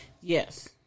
Yes